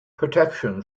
protection